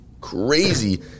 crazy